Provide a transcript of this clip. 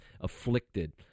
afflicted